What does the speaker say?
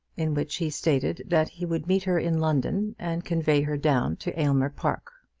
in which he stated that he would meet her in london and convey her down to aylmer park.